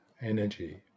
energy